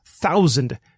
thousand